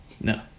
No